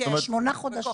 ושמונה חודשים.